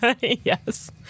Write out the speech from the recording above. Yes